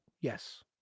Yes